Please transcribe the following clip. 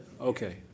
Okay